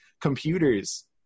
computers